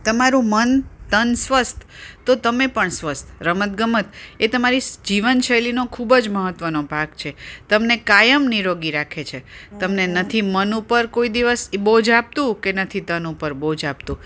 તમારું મન તન સ્વસ્થ તો તમે પણ સ્વસ્થ રમત ગમત એ તમારી જીવનશૈલીનો ખૂબજ મહત્ત્વનો ભાગ છે તમને કાયમ નીરોગી રાખે છે તમને નથી મન ઉપર કોઇ દીવસ બોજ આપતું કે નથી તન ઉપર બોજ આપતું